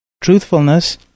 Truthfulness